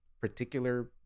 particular